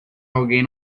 alguém